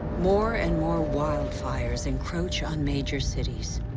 more and more wildfires encroach on major cities.